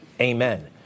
Amen